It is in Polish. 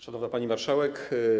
Szanowna Pani Marszałek!